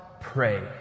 pray